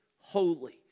holy